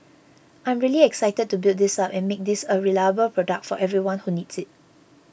I'm really excited to build this up and make this a reliable product for everyone who needs it